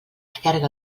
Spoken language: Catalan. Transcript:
allarga